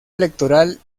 electoral